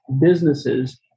businesses